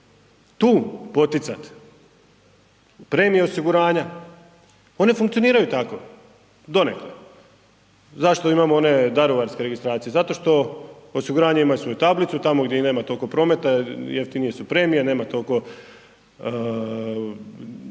Tu poticati premijer osiguranja, one funkcioniraju tako, donekle. Zašto imamo one daruvarske registracije? Zato što osiguranja imaju svoju tablicu tamo gdje nema toliko prometa jeftinije su premije, nema toliko